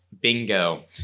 Bingo